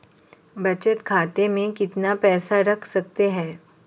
बचत खाते में कितना पैसा रख सकते हैं?